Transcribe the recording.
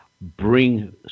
bring